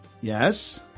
Yes